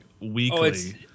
weekly